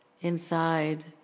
inside